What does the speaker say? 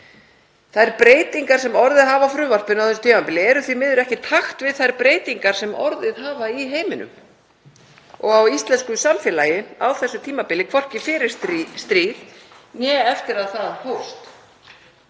Þær breytingar sem orðið hafa á frumvarpinu á þessu tímabili eru því miður ekki í takt við þær breytingar sem orðið hafa í heiminum og á íslensku samfélagi á þessu tímabili, hvorki fyrir stríð né eftir að það hófst.